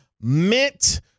meant